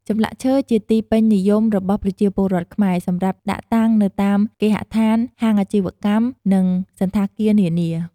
ចម្លាក់ឈើជាទីពេញនិយមរបស់ប្រជាពលរដ្ឋខ្មែរ សម្រាប់ដាក់តាំងនៅតាមគេហដ្ឋាន, ហាងអាជីវកម្ម និងសណ្ឋាគារនានា ។